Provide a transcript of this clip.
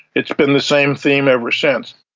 it's been the same theme ever since.